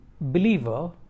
believer